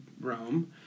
Rome